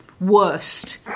worst